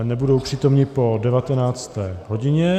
Nebudou přítomni po 19. hodině.